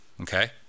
okay